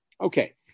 Okay